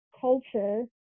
culture